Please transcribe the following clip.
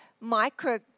micro